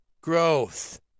growth